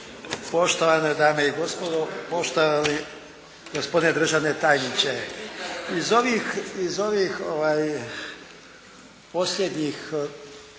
poštovane dame i gospodo, poštovani gospodine državni tajniče. Iz ovih posljednjih